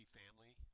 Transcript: family